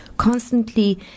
Constantly